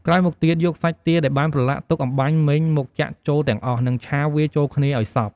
ក្រោយមកទៀត យកសាច់ទាដែលបានប្រឡាក់ទុកអំបាញ់មិញមកចាក់ចូលទាំងអស់ និងឆាវាចូលគ្នាឱ្យសព្វ។